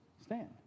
stand